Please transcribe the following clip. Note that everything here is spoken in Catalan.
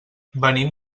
venim